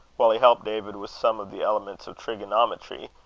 while he helped david with some of the elements of trigonometry,